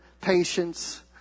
patience